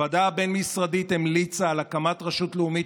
הוועדה הבין-משרדית המליצה על הקמת רשות לאומית,